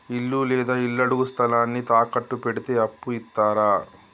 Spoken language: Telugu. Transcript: ఇల్లు లేదా ఇళ్లడుగు స్థలాన్ని తాకట్టు పెడితే అప్పు ఇత్తరా?